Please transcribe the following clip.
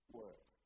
work